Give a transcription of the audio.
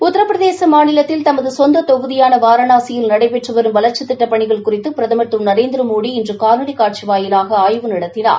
உத்திரபிரதேச மாநிலத்தில் தமது சொந்த தொகுதியான வாரணாசியில் நடைபெற்று வரும் வளாக்சித் திட்டப் பணிகள் குறித்து பிரதமர் திரு நரேந்திரமோடி இன்று காணொலி காட்சி வாயிலாக ஆய்வு நடத்தினார்